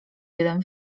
jeden